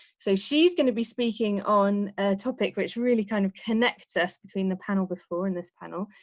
so she's going to be speaking on topic which really kind of connects us between the panel before and this panel,